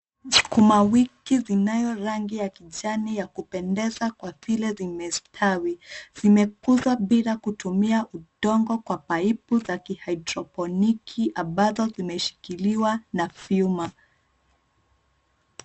Sukuma wiki zinayo rangi ya kijani ya kupendeza kwa vile zimestawi. Zimekuzwa bila kutumia udongo kwa paipu za kihaidroponiki ambazo zimeshikiriwa na vyuma.